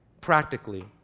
practically